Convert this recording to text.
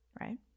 Right